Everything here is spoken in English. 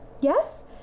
Yes